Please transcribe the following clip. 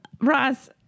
Ross